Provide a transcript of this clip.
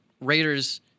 Raiders